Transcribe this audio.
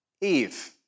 Eve